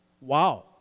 Wow